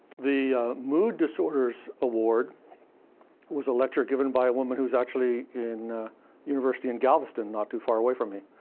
the mood disorders award was a lecture given by a woman who's actually in university in galveston, not too far away from me.